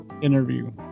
interview